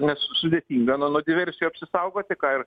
nes sudėtinga nuo nuo diversijų apsisaugoti ką ir